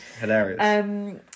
Hilarious